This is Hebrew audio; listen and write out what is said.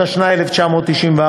התשנ"ה 1994,